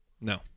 No